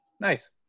nice